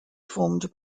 formed